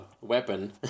weapon